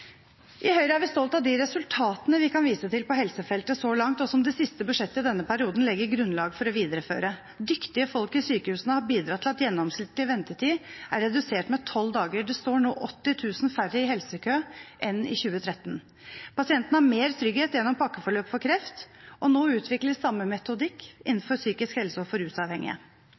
I Høyre er vi stolt av de resultatene vi kan vise til på helsefeltet så langt, og som det siste budsjettet i denne perioden legger grunnlag for å videreføre. Dyktige folk i sykehusene har bidratt til at gjennomsnittlig ventetid er redusert med tolv dager. Det står nå 80 000 færre i helsekø enn i 2013. Pasientene har mer trygghet gjennom pakkeforløp for kreft, og nå utvikles samme metodikk innenfor psykisk helse og for rusavhengige.